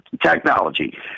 technology